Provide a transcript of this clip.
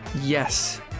Yes